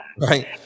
right